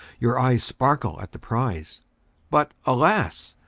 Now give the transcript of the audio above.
your eyes sparkle at the prize but, alas!